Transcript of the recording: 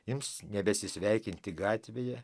ims nebesisveikinti gatvėje